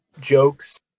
jokes